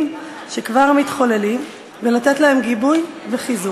שכבר מתחוללים ולתת להם גיבוי וחיזוק.